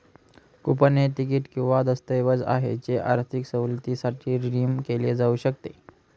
coupon हे तिकीट किंवा दस्तऐवज आहे जे आर्थिक सवलतीसाठी रिडीम केले जाऊ शकते